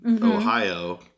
Ohio